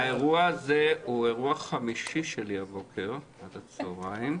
האירוע הזה הוא אירוע חמישי שלי הבוקר עד הצוהריים,